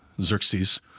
xerxes